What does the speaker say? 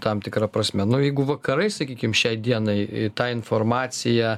tam tikra prasme nu jeigu vakarai sakykim šiai dienai tą informaciją